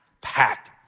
packed